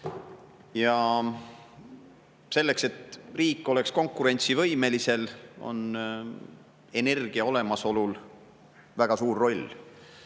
Selles, et riik oleks konkurentsivõimeline, on energia olemasolul väga suur roll.